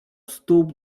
stóp